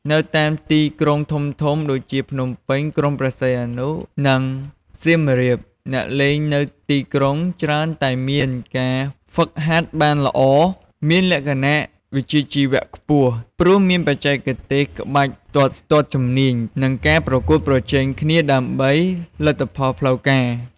នៅតាមទីក្រុងធំៗ ដូចជា ភ្នំពេញ ក្រុងព្រះសីហនុ និងសៀមរាប អ្នកលេងនៅទីក្រុងច្រើនតែមានការហ្វឹកហាត់បានល្អ មានលក្ខណៈវិជ្ជាជីវៈខ្ពស់ ព្រោះមានបច្ចេកទេសក្បាច់ទាត់ស្ទាត់ជំនាញ និងការប្រកួតប្រជែងគ្នាដើម្បីលទ្ធផលផ្លូវការ។